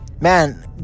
man